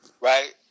right